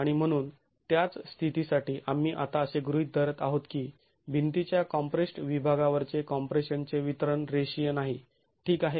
आणि म्हणूनच त्याच स्थितीसाठी आम्ही आता असे गृहीत धरत आहोत की भिंतीच्या कॉम्प्रेस्ड् विभागावरचे कॉम्प्रेशन चे वितरण रेषीय नाही ठीक आहे